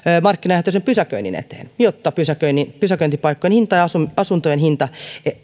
markkinaehtoisen pysäköinnin eteen jotta pysäköintipaikkojen hinta ja asuntojen hinta